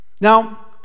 Now